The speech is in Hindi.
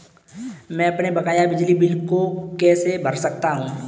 मैं अपने बकाया बिजली बिल को कैसे भर सकता हूँ?